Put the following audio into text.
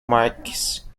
marques